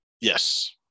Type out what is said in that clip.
Yes